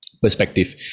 perspective